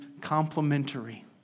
complementary